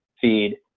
feed